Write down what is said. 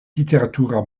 literatura